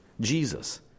Jesus